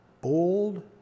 bold